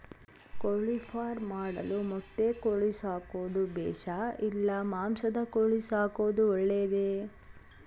ಕೋಳಿಫಾರ್ಮ್ ಮಾಡಲು ಮೊಟ್ಟೆ ಕೋಳಿ ಸಾಕೋದು ಬೇಷಾ ಇಲ್ಲ ಮಾಂಸದ ಕೋಳಿ ಸಾಕೋದು ಒಳ್ಳೆಯದೇ?